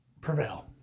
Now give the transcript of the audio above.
prevail